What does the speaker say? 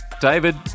David